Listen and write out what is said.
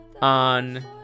on